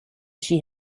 she